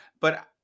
but-